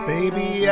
Baby